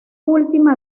última